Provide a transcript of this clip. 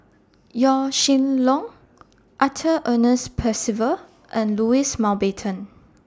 Yaw Shin Leong Arthur Ernest Percival and Louis Mountbatten